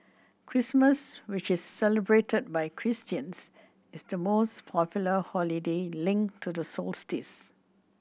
Christmas which is celebrated by Christians is the most popular holiday linked to the solstice